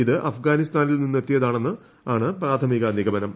ഇത് അഫ്ഗാനിസ്ഥാനിൽ നിന്നെത്തിയതാണെന്ന് പ്രാഥമിക നിഗമനം